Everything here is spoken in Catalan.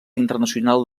internacional